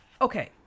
okay